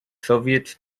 soviets